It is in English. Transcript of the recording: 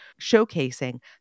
showcasing